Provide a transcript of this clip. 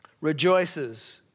rejoices